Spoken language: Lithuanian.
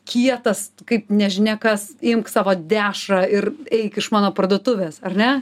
kietas kaip nežinia kas imk savo dešrą ir eik iš mano parduotuvės ar ne